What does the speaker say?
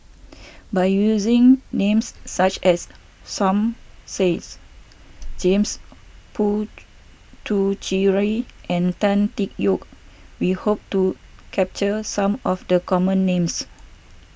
by using names such as Som Saids James Puthucheary and Tan Tee Yoke we hope to capture some of the common names